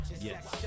Yes